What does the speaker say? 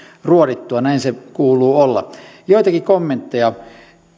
ruodittua näin se kuuluu olla joitakin kommentteja